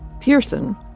Pearson